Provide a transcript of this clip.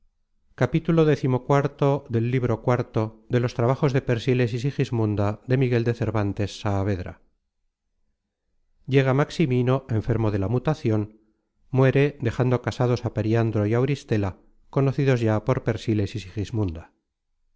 peligro llega maximino enfermo de la mutacion muere dejando casados á periandro y auristela conocidos ya por